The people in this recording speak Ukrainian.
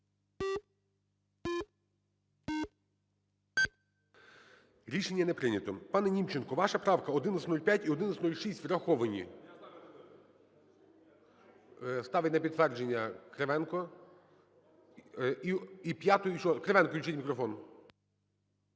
Рішення не прийнято. Пане Німченко, ваша правка 1105 і 1106 враховані. Ставить на підтвердження Кривенко. І 5-у, і 6-у? Кривенку включіть мікрофон.